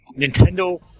Nintendo